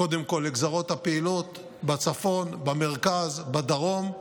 קודם כול לגזרות הפעילות בצפון, במרכז, בדרום,